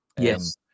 Yes